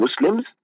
Muslims